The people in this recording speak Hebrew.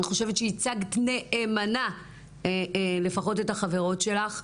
אני חושבת שייצגת נאמנה לפחות את החברות שלך.